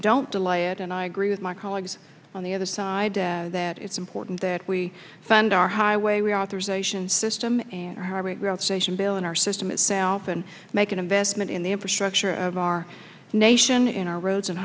don't delay it and i agree with my colleagues on the other side that it's important that we fund our highway reauthorization system and station bill in our system itself and make an investment in the infrastructure of our nation and our roads and